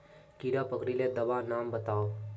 कीड़ा पकरिले दाबा नाम बाताउ?